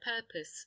purpose